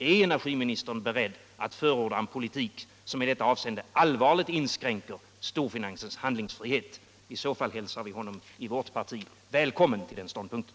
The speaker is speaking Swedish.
Är energiministern beredd att förorda en politik som i det avseendet allvarligt inskränker storfinansens handlingsfrihet? I så fall hälsar vi i vårt parti honom välkommen till den ståndpunkten.